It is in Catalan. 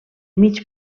mig